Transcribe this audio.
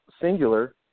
singular